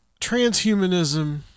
transhumanism